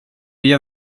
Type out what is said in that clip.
gör